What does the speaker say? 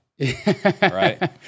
right